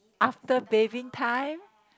after bathing time